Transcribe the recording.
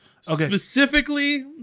Specifically